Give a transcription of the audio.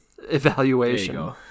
evaluation